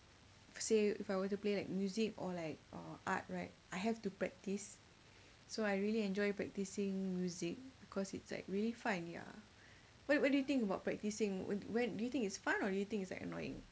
say if I were to play like music or like uh art right I have to practise so I really enjoy practising music because it's like really fun ya what what do you think about practising do you think it's fun or do you think it's like annoying